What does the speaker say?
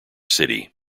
city